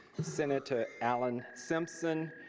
senator alan simpson,